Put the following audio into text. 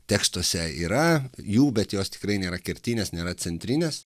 tekstuose yra jų bet jos tikrai nėra kertinės nėra centrinės